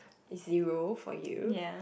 easy role for you